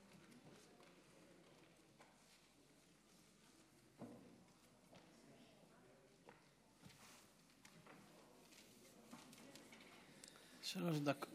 שלוש דקות.